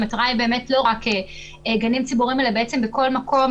המטרה היא לא רק גנים ציבוריים אלא בעצם בכל מקום